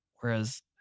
whereas